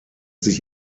sich